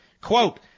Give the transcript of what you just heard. Quote